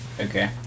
Okay